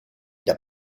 der